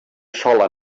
sola